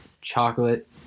chocolate